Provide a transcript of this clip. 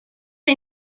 una